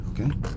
okay